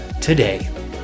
today